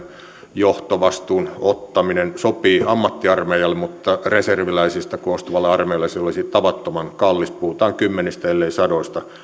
johtovastuun ottaminen sopii ammattiarmeijalle mutta reserviläisistä koostuvalle armeijalle se olisi tavattoman kallis puhutaan kymmenistä ellei sadoista